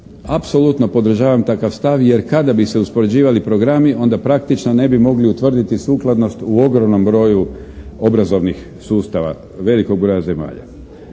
Apsolutno podržavam takav stav jer kada bi se uspoređivali programi onda praktično ne bi mogli utvrditi sukladnost u ogromnom broju obrazovnih sustava velikog broja zemalja.